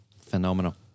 Phenomenal